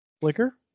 Flicker